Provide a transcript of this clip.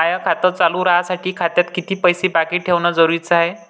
माय खातं चालू राहासाठी खात्यात कितीक पैसे बाकी ठेवणं जरुरीच हाय?